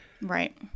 right